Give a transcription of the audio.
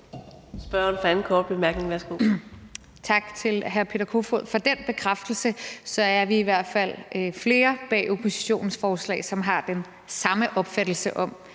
Spørgeren for sin anden korte bemærkning. Værsgo.